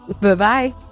Bye-bye